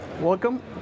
Welcome